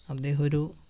അദ്ദേഹം ഒരു